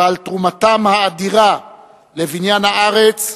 ועל תרומתם האדירה לבניין הארץ,